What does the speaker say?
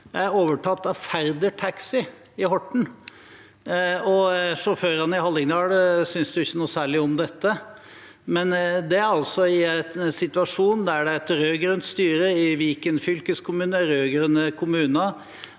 er overtatt av Ferder Taxi i Horten. Sjåførene i Hallingdal synes ikke noe særlig om dette, men det er altså i en situasjon der det er et rød-grønt styre i Viken fylkeskommune, rød-grønne kommuner